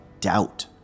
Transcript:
doubt